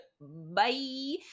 bye